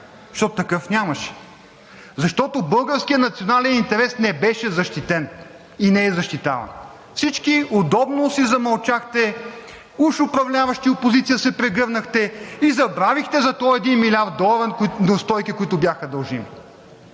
такъв нямаше. Защото българският национален интерес не беше защитен и не е защитаван. Всички удобно си замълчахте – уж управляващи и опозиция се прегърнахте, и забравихте за този 1 млрд. долара неустойки, които бяха дължими.